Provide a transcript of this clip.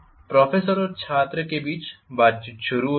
professor और छात्र के बीच बातचीत शुरू होती है